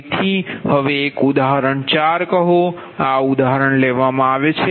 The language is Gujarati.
તેથી હવે એક ઉદાહરણ 4 કહો આ ઉદાહરણ લેવામાં આવે છે